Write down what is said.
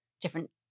different